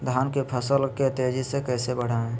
धान की फसल के तेजी से कैसे बढ़ाएं?